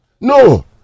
No